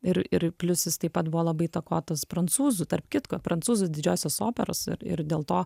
ir ir plius jis taip pat buvo labai įtakotas prancūzų tarp kitko prancūzų didžiosios operos ir ir dėl to